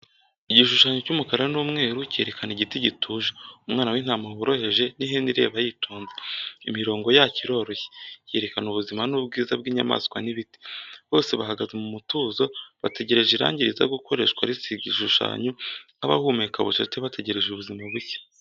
Igishushanyo cy’umukara n’umweru cyerekana igiti gituje, umwana w’intama woroheje, n’ihene ireba yitonze. Imirongo yacyo iroroshye, yerekana ubuzima n’ubwiza bw'inyamanswa n'ibiti. Bose bahagaze mu mutuzo, bategereje irangi riza gukoreshwa risiga igishushanyo, nk’abahumeka bucece bategereje ubuzima bushya.